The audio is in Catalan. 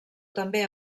també